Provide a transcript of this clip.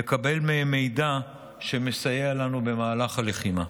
לקבל מהם מידע שמסייע לנו במהלך הלחימה.